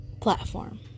platform